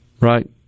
Right